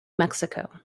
mexico